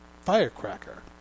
firecracker